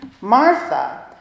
Martha